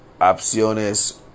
opciones